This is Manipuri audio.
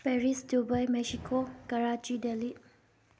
Paris Dubai Mexico Karachi Delhi